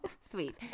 sweet